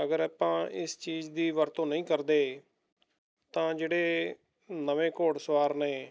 ਅਗਰ ਆਪਾਂ ਇਸ ਚੀਜ਼ ਦੀ ਵਰਤੋਂ ਨਹੀਂ ਕਰਦੇ ਤਾਂ ਜਿਹੜੇ ਨਵੇਂ ਘੋੜ ਸਵਾਰ ਨੇ